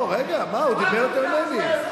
לא, רגע, הוא דיבר יותר ממני.